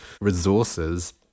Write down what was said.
resources